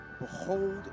behold